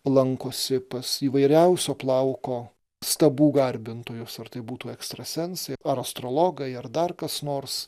lankosi pas įvairiausio plauko stabų garbintojus ar tai būtų ekstrasensai ar astrologai ar dar kas nors